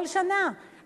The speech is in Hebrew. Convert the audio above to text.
כל שנה.